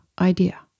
idea